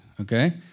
okay